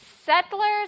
Settlers